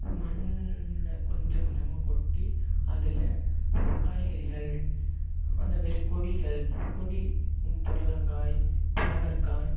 மண்ணை கொஞ்சம் கொஞ்சமாக கொட்டி அதில் காய்கறிகள் அந்தமாரி கொடிகள் கொடி புடலங்காய் பாகற்காய்